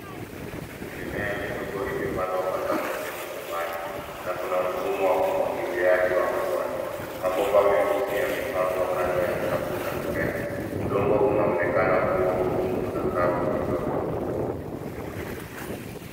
Mimea midogo imepandwa kwa safu ndefu shambani na kuna mfumo wa umwagiliaji wa matone. Mabomba meusi yamepangwa kando ya safu za mimea. Udongo unaonekana kuwa mwekundu na kavu kidogo.